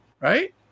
right